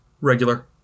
Regular